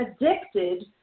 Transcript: addicted